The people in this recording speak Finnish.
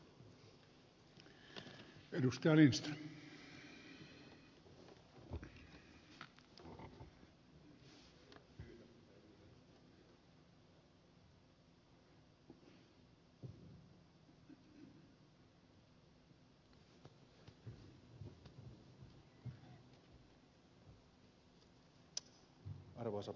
arvoisa herra puhemies